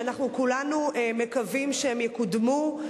שאנחנו כולנו מקווים שהם יקודמו.